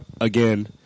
again